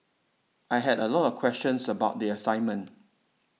I had a lot of questions about the assignment